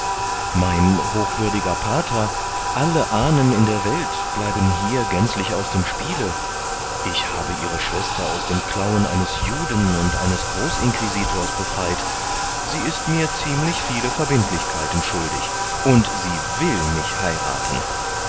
mein hochwürdiger pater alle ahnen in der welt bleiben hier gänzlich aus dem spiele ich habe ihre schwester aus den klauen eines juden und eines großinquisitors befreit sie ist mir ziemlich viele verbindlichkeiten schuldig und sie will mich heirathen